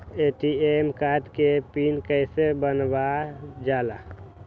ATM card के PIN कैसे बनावल जाला?